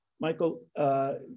Michael